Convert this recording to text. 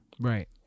Right